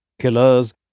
killers